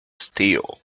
steel